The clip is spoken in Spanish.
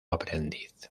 aprendiz